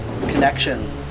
connection